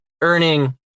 earning